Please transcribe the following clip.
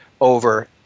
over